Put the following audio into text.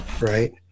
right